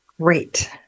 Great